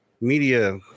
media